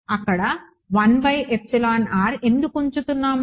అక్కడ ఎందుకు ఉంచుతున్నాం